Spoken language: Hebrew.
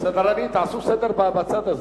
סדרנים, תעשו סדר בצד הזה,